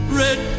red